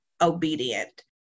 obedient